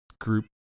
Group